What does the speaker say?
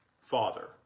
Father